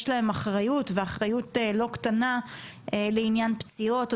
יש להם אחריו ואחריות לא קטנה לעניין פציעות או